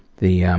the um,